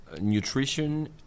nutrition